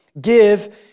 Give